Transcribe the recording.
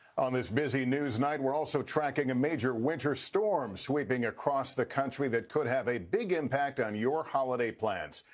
on this busy news night we are also tracking a major winter storm sweeping across the country that could have a big impact on your holiday plans.